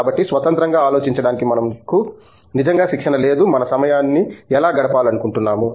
కాబట్టి స్వతంత్రంగా ఆలోచించడానికి మనకు నిజంగా శిక్షణ లేదు మన సమయాన్ని ఎలా గడపాలనుకుంటున్నాము